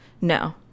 No